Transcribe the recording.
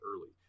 early